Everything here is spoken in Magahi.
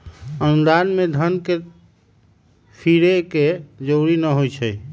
अनुदान में धन के फिरे के जरूरी न होइ छइ